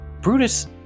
Brutus